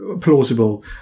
plausible